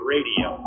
Radio